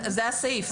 זה הסעיף.